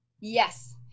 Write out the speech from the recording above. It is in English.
Yes